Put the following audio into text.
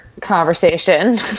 conversation